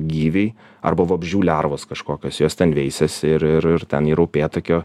gyviai arba vabzdžių lervos kažkokios jos ten veisiasi ir ir ir ten ir upėtakio